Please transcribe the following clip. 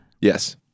Yes